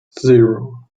zero